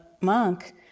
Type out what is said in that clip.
monk